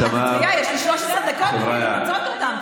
יש לי 13 דקות לנצל אותן.